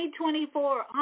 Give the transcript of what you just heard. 2024